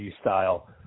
style